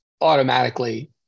automatically